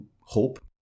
hope